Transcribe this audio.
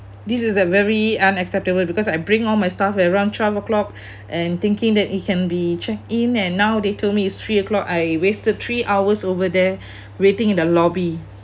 this is a very unacceptable because I bring all my stuff at around twelve o'clock and thinking that it can be checked in and now they told me it's three o'clock I wasted three hours over there waiting in the lobby